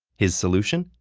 his solution?